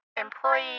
Employee